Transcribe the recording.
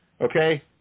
Okay